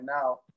now